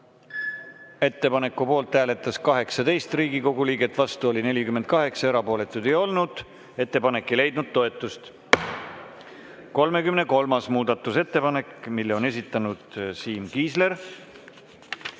Ettepaneku poolt hääletas 18 Riigikogu liiget, vastu oli 48, erapooletuid ei olnud. Ettepanek ei leidnud toetust. 33. muudatusettepanek. Selle on esitanud Siim Kiisler.